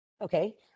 okay